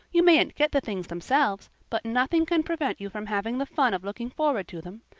you mayn't get the things themselves but nothing can prevent you from having the fun of looking forward to them.